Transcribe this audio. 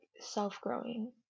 self-growing